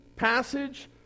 passage